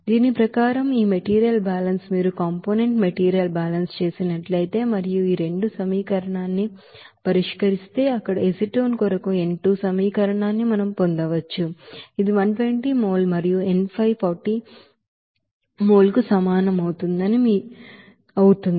దీని ప్రకారం ఈ మెటీరియల్ బ్యాలెన్స్ మీరు ఈ కాంపోనెంట్ మెటీరియల్ బ్యాలెన్స్ చేసినట్లయితే మరియు ఈ రెండు సమీకరణాన్ని పరిష్కరిస్తే అక్కడ ఎసిటోన్ కొరకు n2 సమీకరణాన్ని మనం పొందవచ్చు ఇది 120 మోల్ మరియు n5 40 మోల్ కు సమానం అవుతుంది